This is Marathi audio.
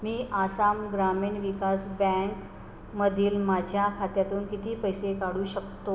मी आसाम ग्रामीण विकास बँकमधील माझ्या खात्यातून किती पैसे काढू शकतो